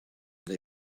they